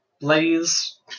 Blaze